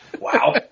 wow